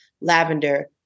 lavender